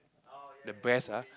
the breast ah